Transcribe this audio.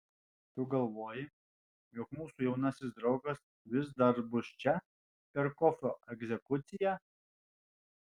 tu galvoji jog mūsų jaunasis draugas vis dar bus čia per kofio egzekuciją